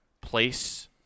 Place